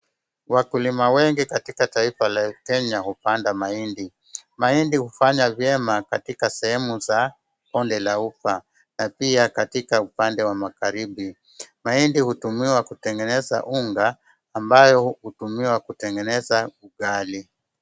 Wakulima wengi katika taifa la kenya hupanda mahindi, mahindi hufanya vyema katika sehemu za bonde la ufa na pia katika upande wa magharibi. Mahindi hutumiwa kutengeneza unga ambayo hutumiwa kutengeneza ugali.